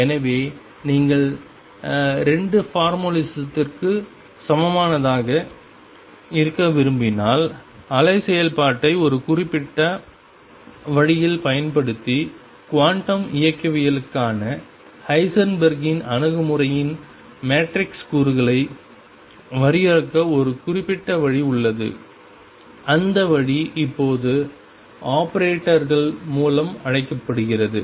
எனவே நீங்கள் 2 ஃபார்முலிசத்திற்கு சமமானதாக இருக்க விரும்பினால் அலை செயல்பாட்டை ஒரு குறிப்பிட்ட வழியில் பயன்படுத்தி குவாண்டம் இயக்கவியலுக்கான ஹைசன்பெர்க்கின் Heisenberg's அணுகுமுறையின் மேட்ரிக்ஸ் கூறுகளை வரையறுக்க ஒரு குறிப்பிட்ட வழி உள்ளது அந்த வழி இப்போது ஆபரேட்டர்கள் மூலம் அழைக்கப்படுகிறது